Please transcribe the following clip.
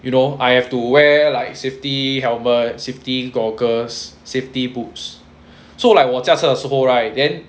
you know I have to wear like safety helmet safety goggles safety boots so like 我驾车 also right then